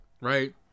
Right